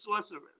sorcerers